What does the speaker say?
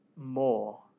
more